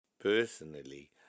Personally